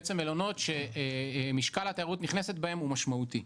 בעצם מלונות שמשקל התיירות הנכנסת בהם הוא משמעותי.